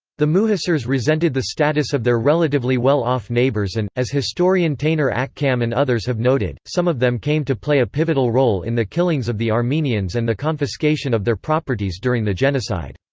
the muhacirs resented the status of their relatively well-off neighbors and, as historian taner akcam and others have noted, some of them came to play a pivotal role in the killings of the armenians and the confiscation of their properties during the genocide.